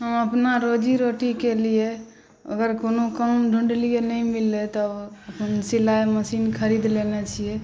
हम अपना रोजी रोटीके लिए अगर कोनो काम ढूँढलिए नहि मिललै तऽ अपन सिलाइ मशीन खरीद लेने छिए